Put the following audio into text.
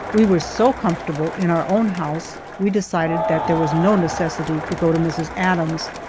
we were so comfortable in our own house we decided that there was no necessity to go to mrs. adams's,